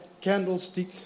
candlestick